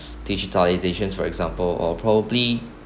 digitalisation for example or probably